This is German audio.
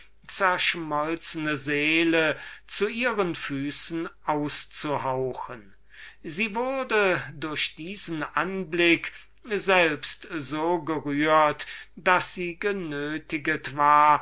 zerschmolzene seele zu ihren füßen auszuhauchen sie wurde durch diesen anblick selbst so gerührt daß sie genötiget war